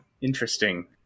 Interesting